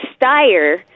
Steyer